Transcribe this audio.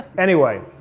anyway,